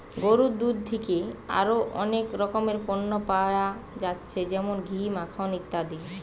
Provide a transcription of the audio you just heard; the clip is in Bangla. গরুর দুধ থিকে আরো অনেক রকমের পণ্য পায়া যাচ্ছে যেমন ঘি, মাখন ইত্যাদি